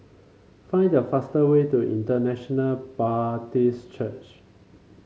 find the fastest way to International Baptist Church